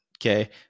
Okay